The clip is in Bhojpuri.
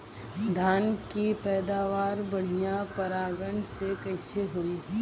धान की पैदावार बढ़िया परागण से कईसे होई?